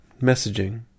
messaging